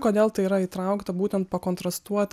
kodėl tai yra įtraukta būtent kontrastuoti